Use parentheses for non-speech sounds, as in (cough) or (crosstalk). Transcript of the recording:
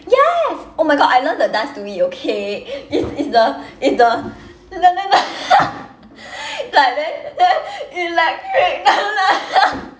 yes oh my god I love the dance to it okay it's it's the it's the (noise) (laughs) like then then it like (laughs)